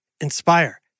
inspire